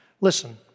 Listen